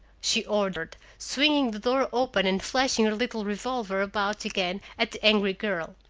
she ordered, swinging the door open and flashing her little revolver about again at the angry girl.